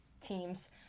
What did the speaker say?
teams